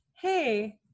Hey